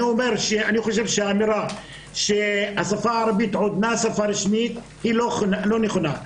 אני חושב שהאמירה שהשפה הערבית עודנה שפה רשמית היא לא נכונה.